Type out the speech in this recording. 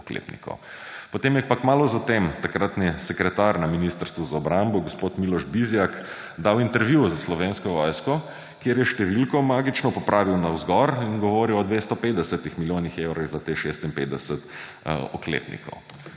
oklepnikov. Potem je pa kmalu zatem takratni sekretar na Ministrstvu za obrambo gospod Miloš Bizjak dal intervju za Slovensko vojsko, kjer je številko magično popravil navzgor in govoril o 250 milijonih evrov za teh 56 oklepnikov.